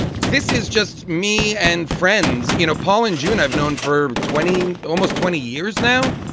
this is just me and friends. you know, paul, in june, i've known for twenty, almost twenty years now.